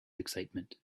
excitement